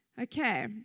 Okay